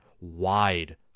wide